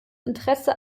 interesse